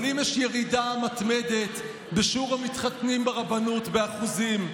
אבל אם יש ירידה מתמדת בשיעור המתחתנים ברבנות באחוזים,